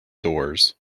doors